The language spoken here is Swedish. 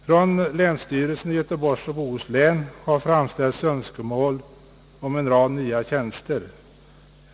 Från länsstyrelsen i Göteborgs och Bohus län har framställts önskemål om en rad nya tjänster.